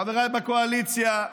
חבריי בקואליציה,